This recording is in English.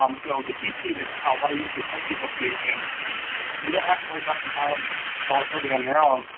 um so the cheat sheet is what i usually point people to, and you don't have to worry about compiling volatility on your own,